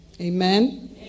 Amen